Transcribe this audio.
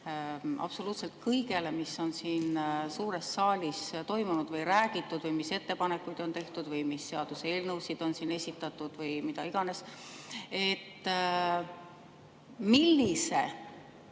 absoluutselt kõigele, mis on siin suures saalis toimunud või räägitud või mis ettepanekuid on tehtud või mis seaduseelnõusid on siin esitatud või mida iganes. Millise